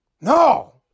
No